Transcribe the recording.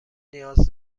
نیاز